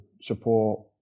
support